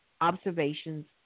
observations